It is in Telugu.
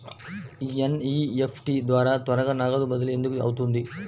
ఎన్.ఈ.ఎఫ్.టీ ద్వారా త్వరగా నగదు బదిలీ ఎందుకు అవుతుంది?